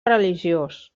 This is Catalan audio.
religiós